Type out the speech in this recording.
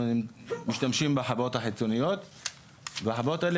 אנחנו משתמשים בחברות החיצוניות והחברות האלה